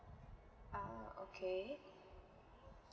oh okay